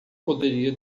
poderia